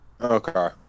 Okay